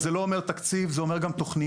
זה לא אומר תקציב, זה אומר גם תוכניות.